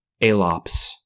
Alops